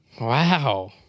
Wow